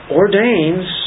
ordains